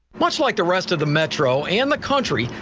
much like the rest of the metro and the country.